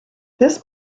this